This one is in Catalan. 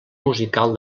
musical